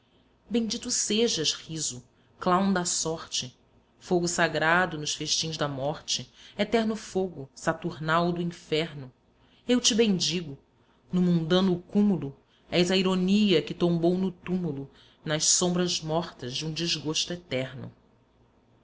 bendito sejas riso clown da sorte fogo sagrado nos festins da morte eterno fogo saturnal do inferno eu te bendigo no mundano cúmulo és a ironia que tombou no túmulo nas sombras mortas de um desgosto eterno